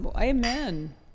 amen